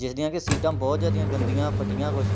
ਜਿਸ ਦੀਆਂ ਕਿ ਸੀਟਾਂ ਬਹੁਤ ਜ਼ਿਆਦਾ ਗੰਦੀਆਂ ਫਟੀਆਂ ਕੁਛ